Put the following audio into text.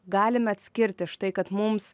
galime atskirti štai kad mums